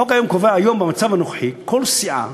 החוק היום קובע, במצב הנוכחי, שכל סיעה